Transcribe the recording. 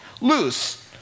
loose